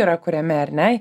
yra kuriami ar ne